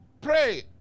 Pray